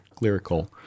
lyrical